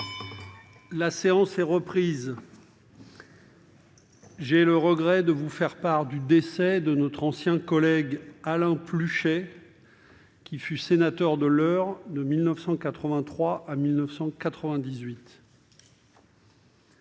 La séance est reprise. J'ai le regret de vous faire part du décès de notre ancien collègue, Alain Pluchet, qui fut sénateur de l'Eure de 1983 à 1998.